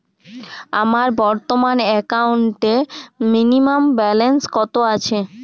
আমার বর্তমান একাউন্টে মিনিমাম ব্যালেন্স কত আছে?